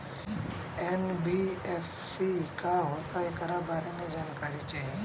NBFC का होला ऐकरा बारे मे जानकारी चाही?